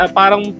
parang